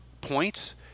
points